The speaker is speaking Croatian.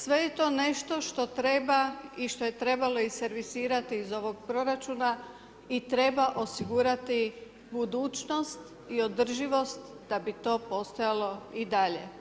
Sve je to nešto što treba i što je trebalo i servisirati iz ovog proračuna i treba osigurati budućnost i održivost da bi to postojalo i dalje.